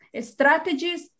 strategies